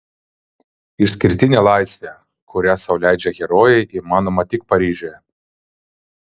išskirtinė laisvė kurią sau leidžia herojai įmanoma tik paryžiuje